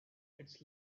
its